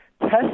Test